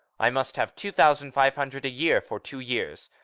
i must have two thousand five hundred a year for two years.